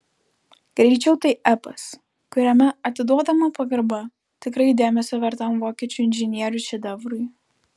greičiau tai epas kuriame atiduodama pagarba tikrai dėmesio vertam vokiečių inžinierių šedevrui